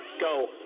go